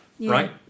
right